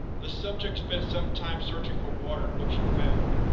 the subject spent some time searching for water, which it found.